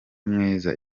mwiza